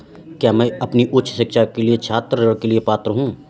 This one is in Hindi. क्या मैं अपनी उच्च शिक्षा के लिए छात्र ऋण के लिए पात्र हूँ?